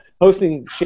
hosting